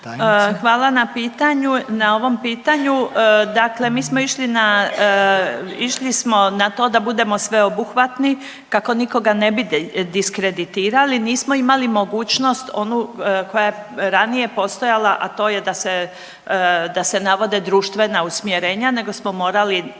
pitanju na ovom pitanju. Dakle, mi smo išli na to da budemo sveobuhvatni kako nikoga ne bi diskreditirali. Nismo imali mogućnost onu koja je ranije postojala, a to je da se navode društvena usmjerenja nego smo morali